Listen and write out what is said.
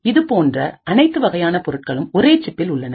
இதுபோன்ற அனைத்து வகையான பொருட்களும் ஒரே சிப்பில் உள்ளன